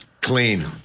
Clean